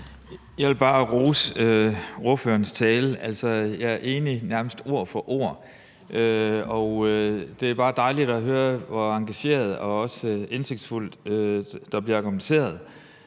Jeg vil bare rose ordføreren for hendes tale. Jeg er enig nærmest ord for ord, og det er bare dejligt at høre, hvor engageret og også indsigtsfuldt der bliver argumenteret.